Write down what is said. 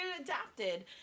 adapted